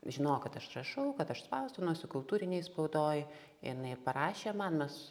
žinojo kad aš rašau kad aš spausdinuosi kultūrinėj spaudoj jinai parašė man mes